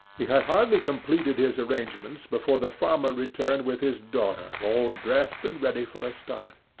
he had hardly completed his arrangements before the farmer returned with his daughter all dressed and ready for a start.